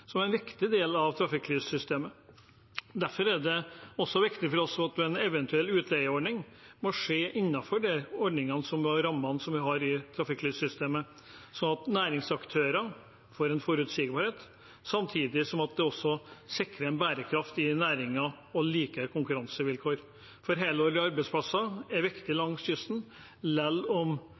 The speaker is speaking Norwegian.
som er en viktig del av trafikklyssystemet. Derfor er det viktig for oss at en eventuell utleieordning må skje innenfor ordningene og rammene vi har i trafikklyssystemet, sånn at næringsaktører får forutsigbarhet samtidig som det også sikrer bærekraft i næringen og like konkurransevilkår. Helårige arbeidsplasser er viktig langs kysten,